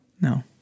no